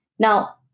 Now